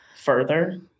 further